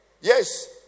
yes